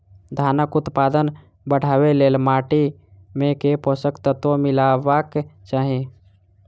धानक उत्पादन बढ़ाबै लेल माटि मे केँ पोसक तत्व मिलेबाक चाहि?